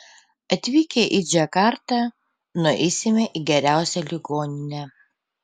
atvykę į džakartą nueisime į geriausią ligoninę